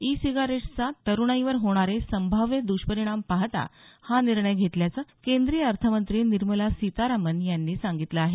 E सिगारेट्सचा तरुणाईवर होणारे संभाव्य दुष्परिणाम पाहता हा निर्णय घेतल्याचं केंद्रीय अर्थमंत्री निर्मला सीतारामन यांनी सांगितलं आहे